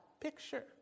picture